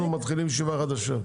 אנחנו מתחילים ישיבה חדשה.